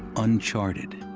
uncharted,